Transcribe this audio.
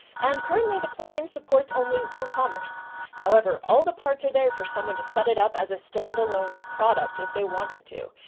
and currently the plug-in supports only woocommerce however all the parts are there for someone to set it up as a standalone product if they wanted to.